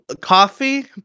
coffee